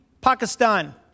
Pakistan